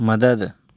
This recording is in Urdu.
مدد